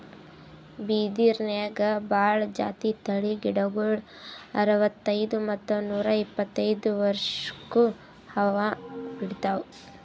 ಬಿದಿರ್ನ್ಯಾಗ್ ಭಾಳ್ ಜಾತಿ ತಳಿ ಗಿಡಗೋಳು ಅರವತ್ತೈದ್ ಮತ್ತ್ ನೂರ್ ಇಪ್ಪತ್ತೈದು ವರ್ಷ್ಕ್ ಹೂವಾ ಬಿಡ್ತಾವ್